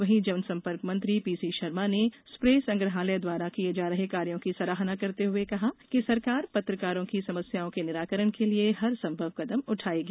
वहीं जनसंपर्क मंत्री पीसीशर्मा ने सप्रे संग्रहालय द्वारा किये जा रहे कार्यों की सराहना करते हुए कहा कि सरकार पत्रकारों की समस्याओं के निराकरण के लिये हर संभव कदम उठायेगी